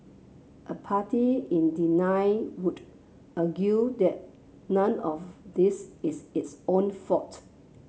a party in denial would argue that none of this is its own fault